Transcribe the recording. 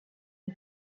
les